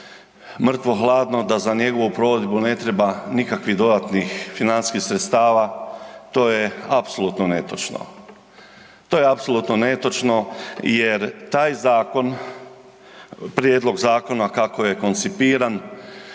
mrtvo hladno da za njegovu provedbu ne treba nikakvih dodatnih financijskih sredstava, to je apsolutno netočno, to je apsolutno netočno jer taj zakon, prijedlog zakona kako je koncipiran